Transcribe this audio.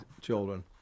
children